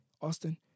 Austin